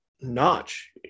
notch